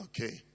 Okay